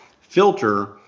filter